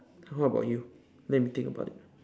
how about you let me think about it